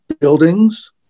buildings